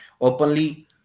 openly